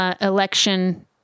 election